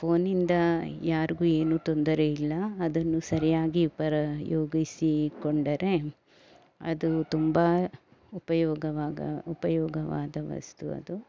ಫೋನಿಂದ ಯಾರಿಗೂ ಏನೂ ತೊಂದರೆ ಇಲ್ಲ ಅದನ್ನು ಸರಿಯಾಗಿ ಉಪಯೋಗಿಸಿಕೊಂಡರೆ ಅದು ತುಂಬ ಉಪಯೋಗವಾದ ಉಪಯೋಗವಾದ ವಸ್ತು ಅದು